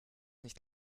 nicht